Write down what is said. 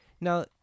Now